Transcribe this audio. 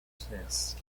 sense